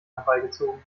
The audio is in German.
herbeigezogen